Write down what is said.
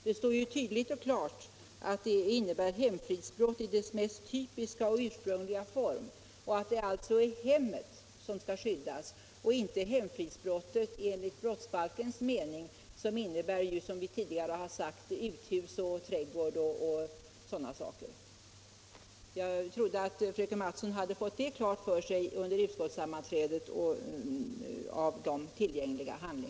Det står tydligt och klart att det ”innebär 11 december 1975 hemfridsbrott i dess mest typiska eller ursprungliga form” och at det = alltså är hemmet som skall skyddas. Hemfridsbrott enligt brottsbalkens = Ändring i brottsbalmening innefattar som bekant uthus, trädgård och sådant. Jag trodde ken att fröken Mattson hade fått detta klart för sig under utskottssamman